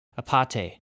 Apate